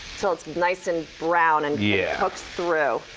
so nice and brown and yeah cooks through.